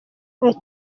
ati